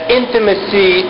intimacy